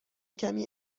کمی